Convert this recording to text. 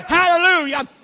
Hallelujah